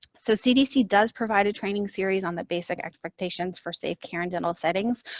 so, cdc does provide a training series on the basic expectations for safe care and dental settings,